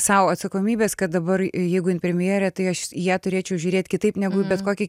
sau atsakomybės kad dabar jeigu jin premjerė tai aš į ją turėčiau žiūrėt kitaip negu į bet kokį